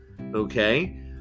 okay